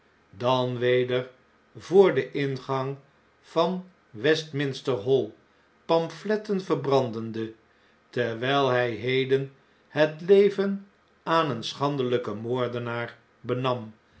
dan weder voor den ingang van westminster hall pamfletten verbrandende terwn'l hij heden het leven aan een schandehjken moordenaar benam